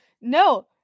no